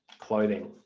clothing.